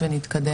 ונתקדם.